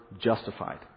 justified